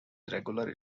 regular